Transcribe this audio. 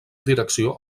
direcció